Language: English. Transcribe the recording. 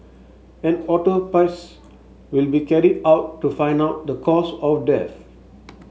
an autopsy will be carried out to find out the cause of death